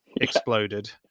exploded